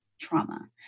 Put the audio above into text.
trauma